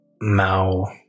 Mao